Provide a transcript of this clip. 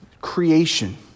creation